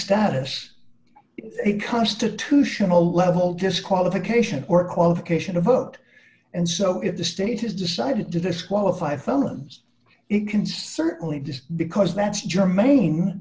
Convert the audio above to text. status a constitutional level disqualification or qualification of vote and so if the state has decided to disqualify felons it can certainly just because that's your main